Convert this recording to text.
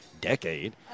decade